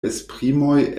esprimoj